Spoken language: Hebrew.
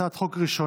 הצעת החוק הראשונה